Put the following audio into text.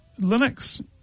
Linux